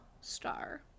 star